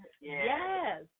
Yes